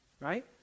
right